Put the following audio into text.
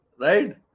Right